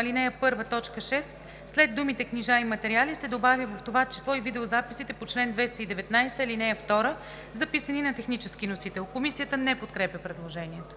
1, т. 33 след думите „книжа и материали“ се добавя „в това число и видеозаписите по чл. 219, ал. 2, записани на технически носител“.“ Комисията не подкрепя предложението.